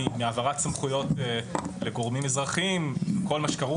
מהעברת סמכויות לגורמים אזרחיים וכל מה שכרוך בכך.